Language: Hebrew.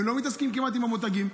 הם כמעט לא מתעסקים עם המותגים,